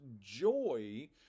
joy